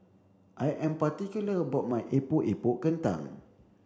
I am particular about my Epok Epok Kentang